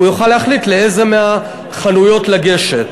הוא יוכל להחליט לאיזו מהחנויות לגשת.